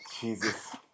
Jesus